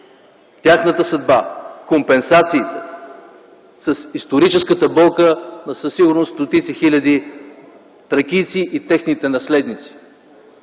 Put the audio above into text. тяхната съдба, компенсациите, с историческата болка на със сигурност стотици-хиляди тракийци и техните наследници.